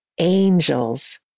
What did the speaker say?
Angels